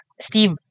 Steve